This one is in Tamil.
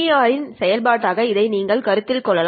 BER இன் செயல்பாடாக இதை நீங்கள் கருத்தில் கொள்ளலாம்